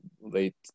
late